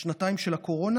השנתיים של הקורונה,